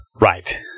Right